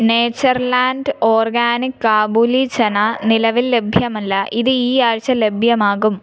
nature land organic kabuli chana നിലവിൽ ലഭ്യമല്ല ഇത് ഈ ആഴ്ച ലഭ്യമാകും